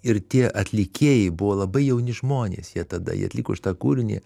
ir tie atlikėjai buvo labai jauni žmonės jie tada jie atliko šitą kūrinį